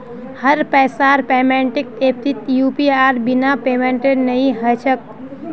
हर पैसार पेमेंटक ऐपत यूपीआईर बिना पेमेंटेर नइ ह छेक